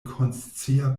konscia